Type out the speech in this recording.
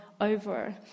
over